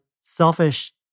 selfish